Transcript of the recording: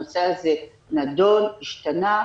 הנושא הזה נדון, השתנה.